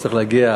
צריך להגיע.